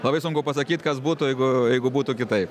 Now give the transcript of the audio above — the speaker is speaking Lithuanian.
labai sunku pasakyt kas būtų jeigu jeigu būtų kitaip